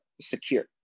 secure